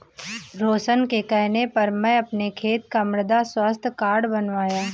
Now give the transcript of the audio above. रोशन के कहने पर मैं अपने खेत का मृदा स्वास्थ्य कार्ड बनवाया